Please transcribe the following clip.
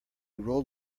rolled